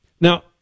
Now